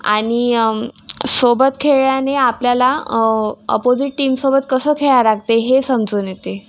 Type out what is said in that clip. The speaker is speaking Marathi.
आणि सोबत खेळल्याने आपल्याला अपोजिट टीमसोबत कसं खेळावं लागते हे समजून येते